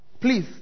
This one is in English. Please